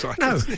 no